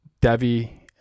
Devi